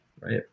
right